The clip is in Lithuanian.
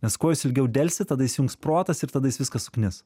nes kuo jūs ilgiau delsit tada įsijungs protas ir tada jis viską suknis